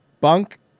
Bunk